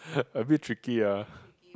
a bit tricky ah